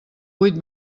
huit